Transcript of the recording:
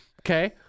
Okay